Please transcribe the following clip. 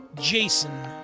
Jason